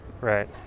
Right